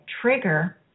trigger